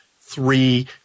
three